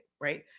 right